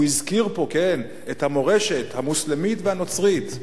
הוא הזכיר פה, כן, את המורשת המוסלמית והנוצרית.